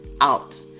out